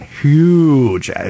huge